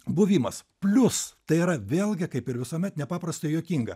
buvimas plius tai yra vėlgi kaip ir visuomet nepaprastai juokinga